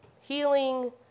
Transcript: healing